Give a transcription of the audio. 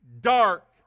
dark